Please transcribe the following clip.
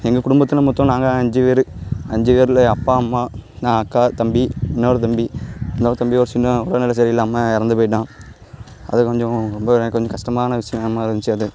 எங்கள் குடும்பத்தில் மொத்தம் நாங்கள் அஞ்சு பேர் அஞ்சு பேரில் அப்பா அம்மா நான் அக்கா தம்பி இன்னொரு தம்பி இன்னொரு தம்பி ஒரு சின்னவன் உடல்நிலை சரி இல்லாமல் இறந்து போய்விட்டான் அது கொஞ்சம் ரொம்ப எனக்கு கொஞ்சம் கஷ்டமான விஷயமாக இருந்துச்சு அது